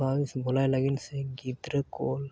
ᱯᱟᱞᱥ ᱵᱚᱞᱚᱭ ᱞᱟᱹᱜᱤᱫ ᱥᱮ ᱜᱤᱫᱽᱨᱟᱹ ᱠᱚ